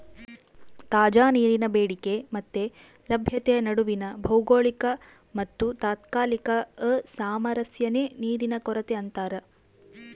ತಾಜಾ ನೀರಿನ ಬೇಡಿಕೆ ಮತ್ತೆ ಲಭ್ಯತೆಯ ನಡುವಿನ ಭೌಗೋಳಿಕ ಮತ್ತುತಾತ್ಕಾಲಿಕ ಅಸಾಮರಸ್ಯನೇ ನೀರಿನ ಕೊರತೆ ಅಂತಾರ